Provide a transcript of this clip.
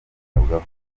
kwitabwaho